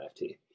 NFT